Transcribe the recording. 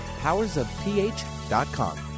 powersofph.com